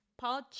Paul